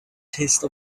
taste